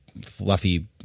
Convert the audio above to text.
fluffy